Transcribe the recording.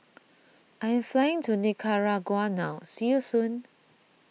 I am flying to Nicaragua now see you soon